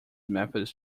methods